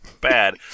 bad